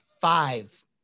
five